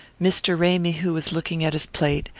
mr. ramy, who was looking at his plate,